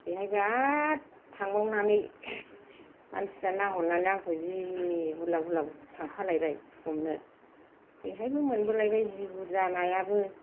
बेहायबो आरो थांबावनानै मानसिफ्रा नाहरनानै आंखौ जि गुरलाब गुरलाब थांफालायबाय हमनो बेहायबो मोनबोलायबाय जि बुरजा नायाबो